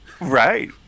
Right